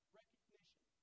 recognition